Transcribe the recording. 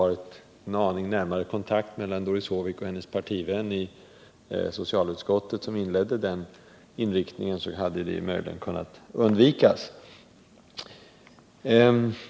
Men med litet bättre kontakt mellan Doris Håvik och hennes partivän i socialutskottet, som drog upp den allmänpolitiska debatten, hade det kunnat undvikas.